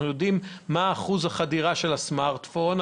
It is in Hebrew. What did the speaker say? אנחנו יודעים מה אחוז החדירה של הסמארטפון,